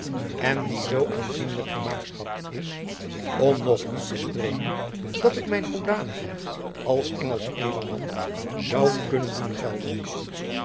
en die zoo aanzienlijk vermaagschant is om nog niet te spreken dat ik mijn hoedanigheid als engelsch edelman zoû kunnen doen gelden